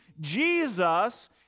Jesus